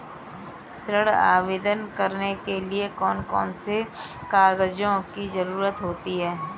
ऋण आवेदन करने के लिए कौन कौन से कागजों की जरूरत होती है?